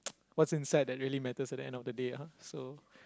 what's inside that really matters at the end of the day ah so